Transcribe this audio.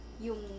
yung